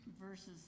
verses